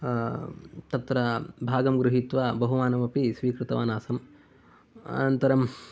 तत्र भागं गृहीत्वा बहुमानमपि स्वीकृतवान् आसम् अनन्तरं